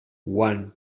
one